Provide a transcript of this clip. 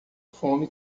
fome